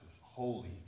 holy